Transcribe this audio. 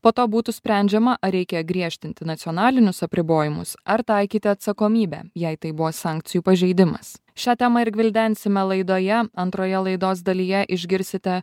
po to būtų sprendžiama ar reikia griežtinti nacionalinius apribojimus ar taikyti atsakomybę jei tai buvo sankcijų pažeidimas šią temą ir gvildensime laidoje antroje laidos dalyje išgirsite